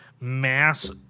mass